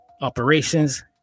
operations